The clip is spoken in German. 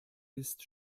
ist